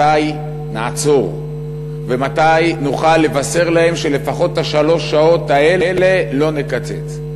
מתי נעצור ומתי נוכל לבשר להם שלפחות את שלוש השעות האלה לא נקצץ?